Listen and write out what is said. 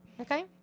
okay